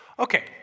Okay